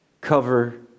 cover